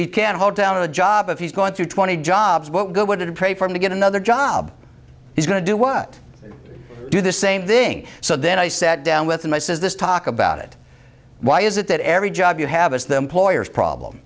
he can hold down a job if he's going through twenty jobs what good would it pay for him to get another job he's going to do what they do the same thing so then i sat down with him i says this talk about it why is it that every job you have is the employer's problem